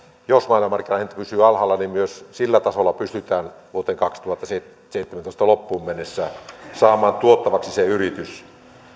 jos maailmanmarkkinahinta pysyy alhaalla niin myös sillä tasolla pystytään vuoden kaksituhattaseitsemäntoista loppuun mennessä saamaan tuottavaksi se yritys